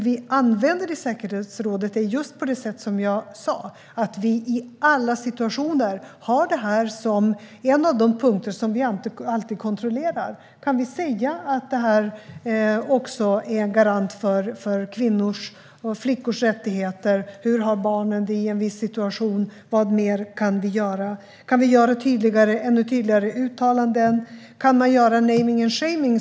Vi använder detta i säkerhetsrådet på just det sätt jag sa, det vill säga att vi i alla situationer har detta som en av de punkter vi alltid kontrollerar: Kan vi säga att det också är en garant för kvinnors och flickors rättigheter? Hur har barnen det i en viss situation? Vad mer kan vi göra? Kan vi göra ännu tydligare uttalanden? Kan man använda sig av naming and shaming?